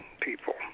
people